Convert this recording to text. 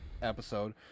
episode